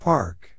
Park